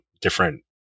Different